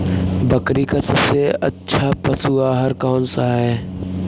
बकरी का सबसे अच्छा पशु आहार कौन सा है?